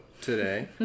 today